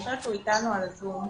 אני חושבת שהוא אתנו על הזום,